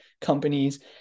companies